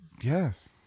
Yes